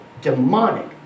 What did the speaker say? demonic